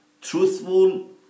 truthful